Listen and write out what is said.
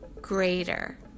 greater